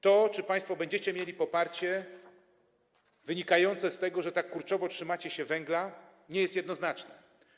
To, czy państwo będziecie mieli poparcie wynikające z tego, że tak kurczowo trzymacie się węgla, nie jest jednoznaczne.